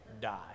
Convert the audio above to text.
die